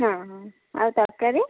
ହଁ ହଁ ଆଉ ତରକାରୀ